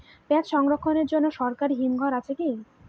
পিয়াজ সংরক্ষণের জন্য সরকারি হিমঘর আছে কি?